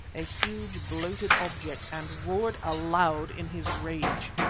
a huge, bloated object, and roared aloud in his rage.